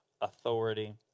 authority